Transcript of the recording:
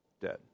dead